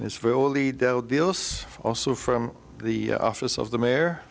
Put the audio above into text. us also from the office of the mayor